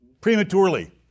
Prematurely